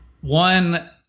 one